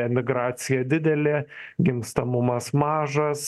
emigracija didelė gimstamumas mažas